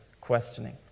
questioning